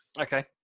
okay